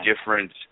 different